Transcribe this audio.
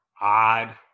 odd